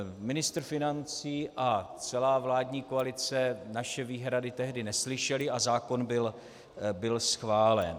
Ministr financí a celá vládní koalice naše výhrady tehdy neslyšeli a zákon byl schválen.